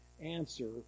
answer